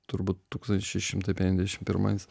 turbūt tūkstantis šeši šimtai penkiasdešimt pirmais